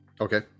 Okay